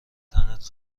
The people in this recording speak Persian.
تنت